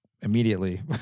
immediately